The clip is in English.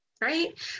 Right